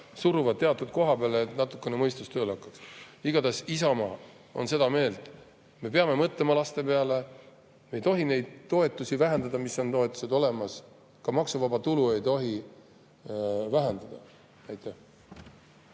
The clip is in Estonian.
suruvad teatud koha peale, et natukene mõistus tööle hakkaks. Igatahes, Isamaa on seda meelt, me peame mõtlema laste peale, me ei tohi neid olemasolevaid toetusi vähendada, ka maksuvaba tulu ei tohi vähendada. Aitäh!